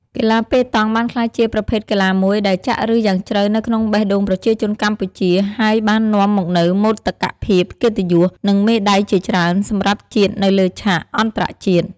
កីឡាប៉េតង់ បានក្លាយជាប្រភេទកីឡាមួយដែលចាក់ឫសយ៉ាងជ្រៅនៅក្នុងបេះដូងប្រជាជនកម្ពុជា ហើយបាននាំមកនូវមោទកភាព កិត្តិយស និងមេដៃជាច្រើនសម្រាប់ជាតិនៅលើឆាកអន្តរជាតិ។